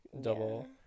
double